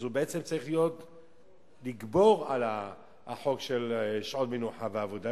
הוא בעצם צריך לגבור על החוק של שעות עבודה ומנוחה,